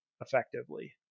effectively